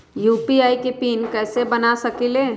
UPI के PIN कैसे बना सकीले?